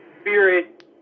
spirit